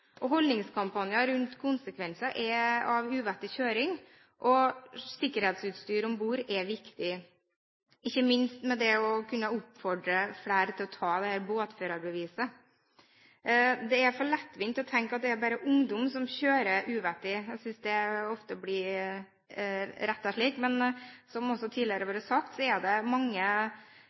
Holdningskampanjer rundt konsekvenser av uvettig kjøring er viktig. Det samme er sikkerhetsutstyr om bord. Ikke minst bør man oppfordre flere til å ta båtførerbeviset. Det er for lettvint å tenke at det bare er ungdom som kjører uvettig. Jeg synes det ofte blir vinklet slik. Men som det også tidligere har vært sagt, er det mange